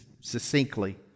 succinctly